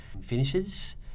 finishes